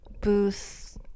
booth